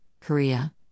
Korea